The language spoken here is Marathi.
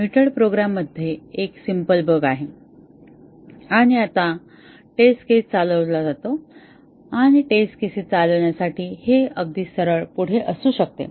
म्युटेड प्रोग्राममध्ये एक सिम्पल बग आहे आणि आता टेस्ट केस चालवला जातो आणि टेस्ट केसेस चालविण्यासाठी हे अगदी सरळ पुढे असू शकते